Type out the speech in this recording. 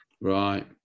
right